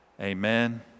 Amen